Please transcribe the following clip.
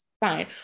fine